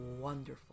wonderful